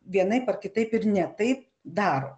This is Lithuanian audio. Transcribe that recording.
vienaip ar kitaip ir ne taip daro